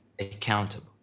accountable